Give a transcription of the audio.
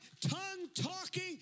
tongue-talking